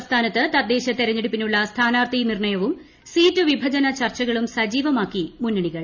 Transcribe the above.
സംസ്ഥാനത്ത് തദ്ദേശ തെരഞ്ഞെടുപ്പിനുള്ള സ്ഥാനാർത്ഥി നിർണ്ണയവും സീറ്റ് വിഭജന ചിർച്ചകളും സജീവമാക്കി മുന്നണികൾ